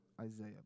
Isaiah